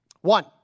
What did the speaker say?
One